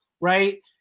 right